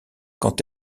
quand